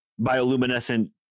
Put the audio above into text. bioluminescent